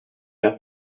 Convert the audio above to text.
nach